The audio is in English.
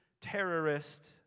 terrorist